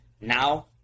now